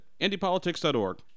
IndyPolitics.org